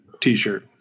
t-shirt